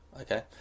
Okay